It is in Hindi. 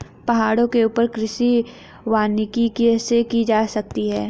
पहाड़ों के ऊपर कृषि वानिकी कैसे की जा सकती है